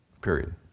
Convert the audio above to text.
Period